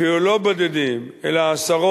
אפילו לא בודדים, אלא עשרות